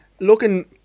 Looking